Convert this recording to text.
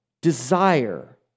desire